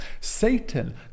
Satan